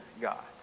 God